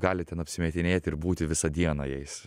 gali ten apsimetinėti ir būti visą dieną jais